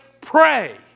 Pray